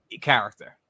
character